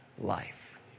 life